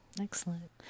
Excellent